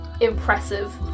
impressive